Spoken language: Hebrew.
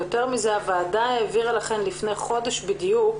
יותר מזה, הוועדה העבירה לכם לפני חודש בדיוק